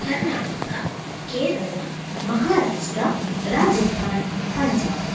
Karnataka Kerala Maharashtra Rajasthan Punjab